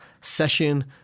session